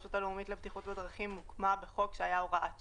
הרשות הלאומית לבטיחות בדרכים הוקמה בחוק שהיה הוראת שעה.